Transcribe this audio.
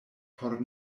por